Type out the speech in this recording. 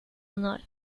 honor